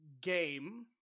game